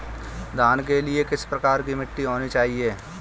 धान के लिए किस प्रकार की मिट्टी होनी चाहिए?